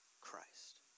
Christ